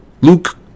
Luke